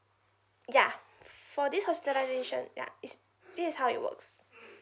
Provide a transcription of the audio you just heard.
ya for this hospitalization ya is this is how it works